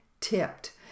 tipped